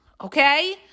Okay